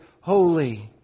holy